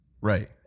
right